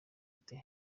ute